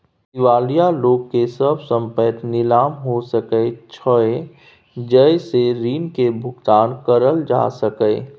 दिवालिया लोक के सब संपइत नीलाम हो सकइ छइ जइ से ऋण के भुगतान करल जा सकइ